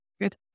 Good